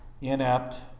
inept